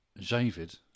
Javid